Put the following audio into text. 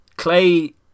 Clay